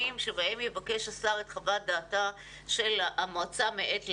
שבהם יבקש השר את חוות דעתה של המועצה מעת לעת.